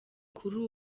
kuri